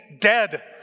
dead